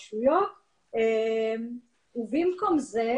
של תקציב ולכן הנושא הזה לא יצא לפועל כמו שצריך ברשויות ובמקום זה,